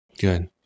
Good